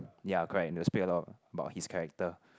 ya correct and to speak a lot about his character